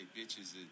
bitches